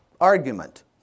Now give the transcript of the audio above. argument